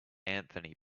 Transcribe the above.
anthony